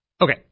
Okay